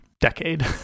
decade